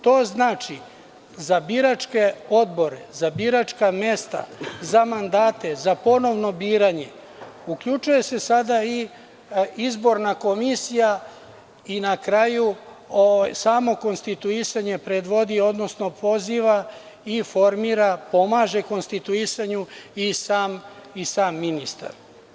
To znači za biračke odbore, za biračka mesta, za mandate, za ponovno biranje uključuje se sada i Izborna komisija i na kraju samo konstituisanje predvodi, odnosno poziva i formira, pomaže konstituisanju i sam ministar.